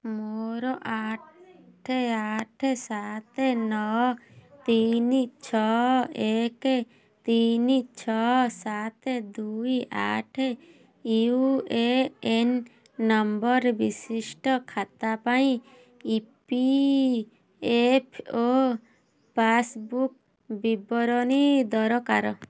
ମୋର ଆଠ ଆଠ ସାତ ନଅ ତିନି ଛଅ ଏକ ତିନି ଛଅ ସାତ ଦୁଇ ଆଠ ୟୁ ଏ ଏନ୍ ନମ୍ବର ବିଶିଷ୍ଟ ଖାତା ପାଇଁ E P F O passbook ବିବରଣୀ ଦରକାର